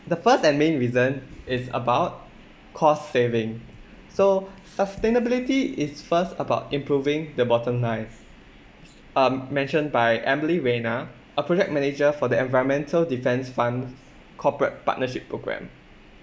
the first and main reason is about cost saving so sustainability is first about improving the bottom line um mentioned by emily raina a project manager for the environmental defence fund corporate partnership program